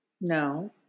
No